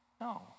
no